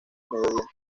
mediodía